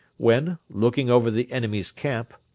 when, looking over the enemy's camp,